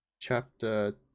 Chapter